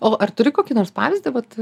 o ar turi kokį nors pavyzdį vat